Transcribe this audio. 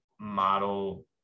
model